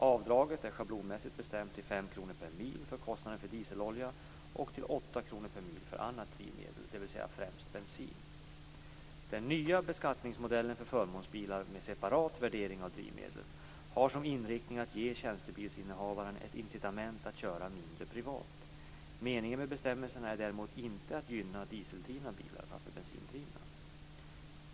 Avdraget är schablonmässigt bestämt till 5 kr per mil för kostnaden för dieselolja och till 8 kr per mil för annat drivmedel, dvs. främst bensin. Den nya beskattningsmodellen för förmånsbilar med separat värdering av drivmedlet har som inriktning att ge tjänstebilsinnehavaren ett incitament att köra mindre privat. Meningen med bestämmelserna är däremot inte att gynna dieseldrivna bilar framför bensindrivna.